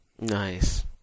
Nice